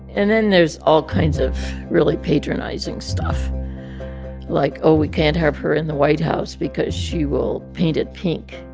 and then there's all kinds of really patronizing stuff like, oh, we can't have her in the white house because she will paint it pink,